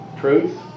truth